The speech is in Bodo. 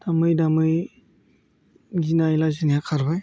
दामै दामै गिनाय लाजिनाया खारबाय